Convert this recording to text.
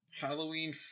Halloween